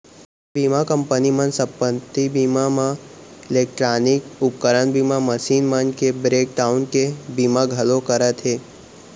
आज बीमा कंपनी मन संपत्ति बीमा म इलेक्टानिक उपकरन बीमा, मसीन मन के ब्रेक डाउन के बीमा घलौ करत हें